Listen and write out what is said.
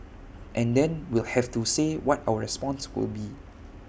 and then we'll have to say what our response will be